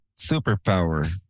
superpower